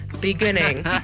beginning